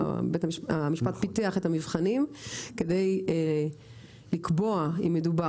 המשפט פיתח את המבחנים כדי לקבוע אם מדובר